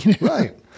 Right